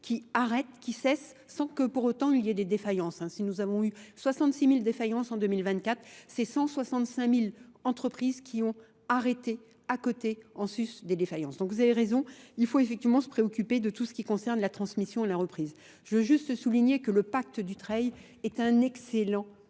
qui arrêtent, qui cessent sans que pour autant il y ait des défaillances. Si nous avons eu 66 000 défaillances en 2024, c'est 165 000 entreprises qui ont arrêté à côté en sus des défaillances. Donc vous avez raison, il faut effectivement se préoccuper de tout ce qui concerne la transmission et la reprise. Je veux juste souligner que le pacte du trade est un excellent pacte